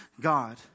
God